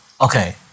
Okay